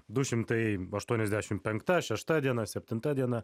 du šimtai aštuoniasdešim penkta šešta diena septinta diena